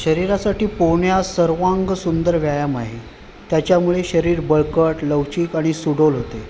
शरीरासाठी पोहणे हा सर्वांग सुंदर व्यायाम आहे त्याच्यामुळे शरीर बळकट लवचिक आणि सुडौल होते